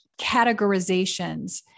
categorizations